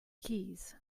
keys